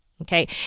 Okay